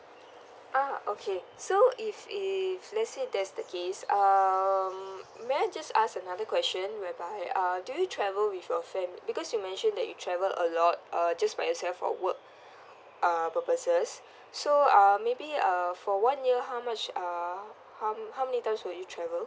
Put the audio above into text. ah okay so if if let's say that's the case um may I just ask another question whereby uh do you travel with a friend because you mention that you travel a lot uh just by yourself for work uh purposes so uh maybe uh for one year how much uh how how many times would you travel